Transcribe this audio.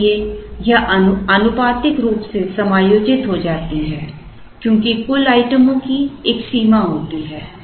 इसलिए यह आनुपातिक रूप से समायोजित हो जाता है क्योंकि कुल आइटमों की एक सीमा होती है